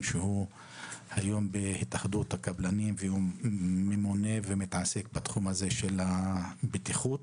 שהוא גם ממונה על כל התחום הזה של עבודה ובטיחות